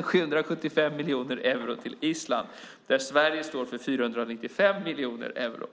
775 miljoner euro till Island, där Sverige står för 495 miljoner euro.